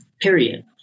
period